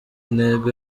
intego